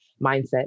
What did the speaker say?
mindset